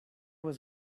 was